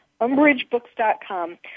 UmbridgeBooks.com